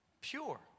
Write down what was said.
Pure